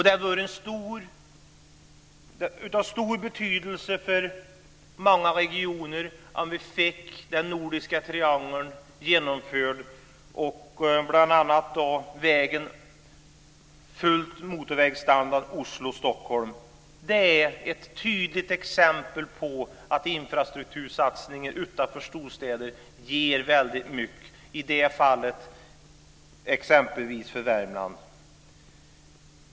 Det vore av stor betydelse för många regioner om vi fick den nordiska triangeln genomförd och bl.a. fick full motorvägsstandard mellan Oslo och Stockholm. Det är ett tydligt exempel på att infrastruktursatsningar utanför storstäder ger väldigt mycket, i det här fallet exempelvis för Värmland.